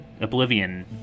Oblivion